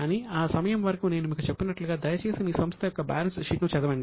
కానీ ఆ సమయం వరకు నేను మీకు చెప్పినట్లుగా దయచేసి మీ సంస్థ యొక్క బ్యాలెన్స్ షీట్ ను చదవండి